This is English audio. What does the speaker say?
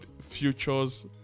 futures